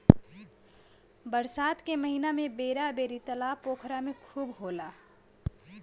बरसात के महिना में बेरा बेरी तालाब पोखरा में खूब होला